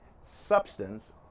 substance